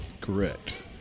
Correct